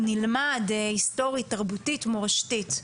נלמד היסטורית-תרבותית-מורשתית.